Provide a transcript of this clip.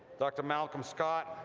dr. malcolm scott,